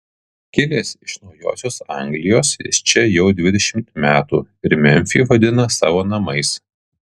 kilęs iš naujosios anglijos jis čia jau dvidešimt metų ir memfį vadina savo namais